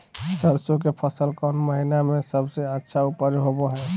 सरसों के फसल कौन महीना में सबसे अच्छा उपज होबो हय?